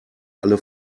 alle